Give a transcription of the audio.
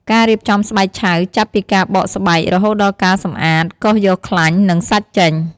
ការរៀបចំស្បែកឆៅ ចាប់ពីការបកស្បែក រហូតដល់ការសម្អាត កោសយកខ្លាញ់ និងសាច់ចេញ។